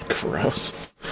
Gross